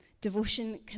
devotion